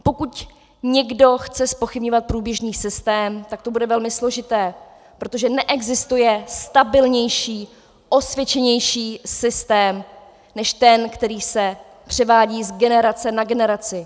Pokud někdo chce zpochybňovat průběžný systém, tak to bude velmi složité, protože neexistuje stabilnější, osvědčenější systém než ten, který se převádí z generace na generaci.